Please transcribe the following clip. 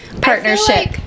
partnership